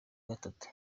gatatu